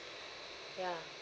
ya